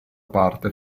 parte